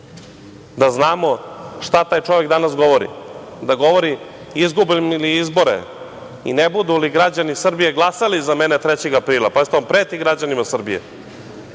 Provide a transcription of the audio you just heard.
šta taj čovek danas govori, da govori – izgubim li izbore i ne budu li građani Srbije glasali za mene 3. aprila, pazite, on preti građanima Srbije,